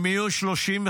הם יהיו 35%,